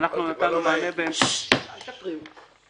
אנחנו נתנו מענה בהמשך ------ אל תפריעו.